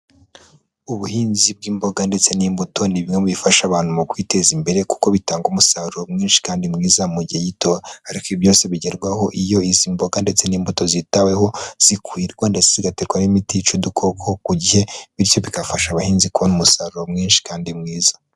Ubuhinzi bw'imboga ndetse n'imbuto ni bimwe mu bifasha abantu mu kwiteza imbere kuko bitanga umusaruro mwinshi kandi mwiza mu gihe gito. Ariko ibi byose bigerwaho iyo izi mboga ndetse n'imbuto zitaweho zikuhirwa ndetse zigaterwa n'imiti yica udukoko ku gihe. Bityo bigafasha abahinzi kubona umusaruro mwinshi kandi mwiza.